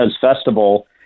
festival